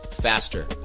faster